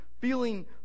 feeling